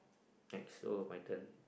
next oh my turn